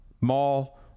mall